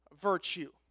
virtue